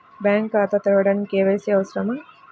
Bank ఖాతా తెరవడానికి KYC అవసరమా?